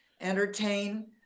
entertain